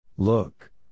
Look